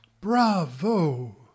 bravo